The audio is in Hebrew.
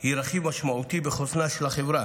היא רכיב משמעותי בחוסנה של החברה,